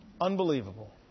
Unbelievable